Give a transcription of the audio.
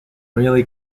really